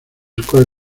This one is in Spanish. square